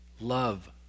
Love